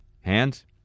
Hands